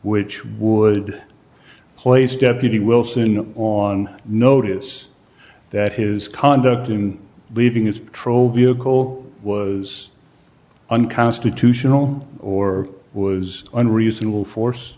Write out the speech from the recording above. which would place deputy wilson on notice that his conduct in leaving his patrol vehicle was unconstitutional or was unreasonable force